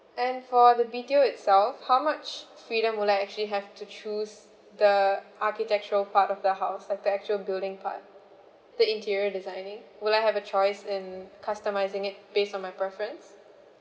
and for the B_T_O itself how much freedom will I actually have to choose the architectural part of the house like the actual building part the interior designing will I have a choice in customising it based on my preference